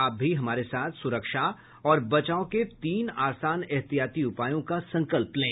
आप भी हमारे साथ सुरक्षा और बचाव के तीन आसान एहतियाती उपायों का संकल्प लें